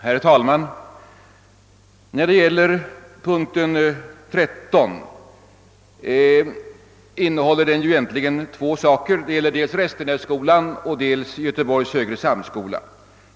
Herr talman! Under punkten 13 behandlas i stort sett två frågor, nämligen dels Restenässkolan, dels Göteborgs högre samskola.